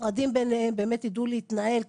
המשרדים ביניהם באמת ידעו להתנהל,